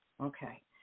Okay